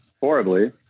horribly